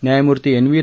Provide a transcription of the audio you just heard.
न्यायमूर्ती N V